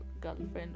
girlfriend